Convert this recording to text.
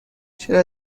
چرا